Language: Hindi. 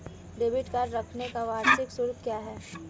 डेबिट कार्ड रखने का वार्षिक शुल्क क्या है?